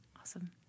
Awesome